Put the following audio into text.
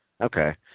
Okay